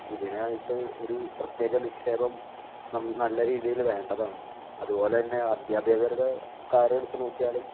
ഇതിനായിട്ട് ഒരു പ്രത്യേക നിക്ഷേപം നല്ലരീതിയില് വേണ്ടതാണ് അതുപോലെ തന്നെ അധ്യാപകരുടെ കാര്യം എടുത്തുനോക്കിയാലും